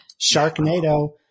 Sharknado